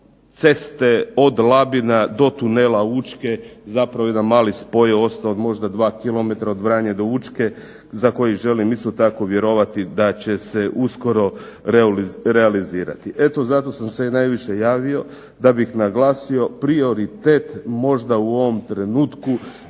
ceste od Labina do tunela Učke zapravo jedan mali spoj je ostao od 2 km od Vranje do Učke za koji želim isto tako vjerovati da će se uskoro realizirati. Eto zato sam se najviše javio da bih naglasio prioritet možda u ovom trenutku